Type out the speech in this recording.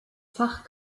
fach